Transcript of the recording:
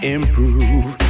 Improve